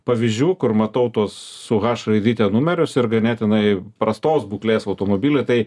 pavyzdžių kur matau tuos su h raidyte numerius ir ganėtinai prastos būklės automobilį tai